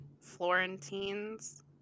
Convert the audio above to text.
Florentines